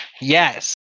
Yes